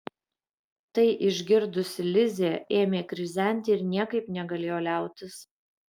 tai išgirdusi lizė ėmė krizenti ir niekaip negalėjo liautis